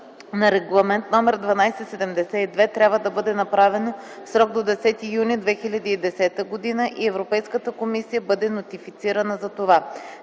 на Регламент № 1272 трябва да бъде направено в срок до 10 юни 2010 г. и Европейската комисия бъде нотифицирана за това.